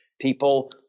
people